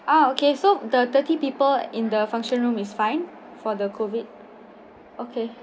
ah okay so the thirty people in the function room is fine for the COVID okay